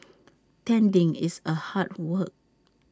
tending it's A hard work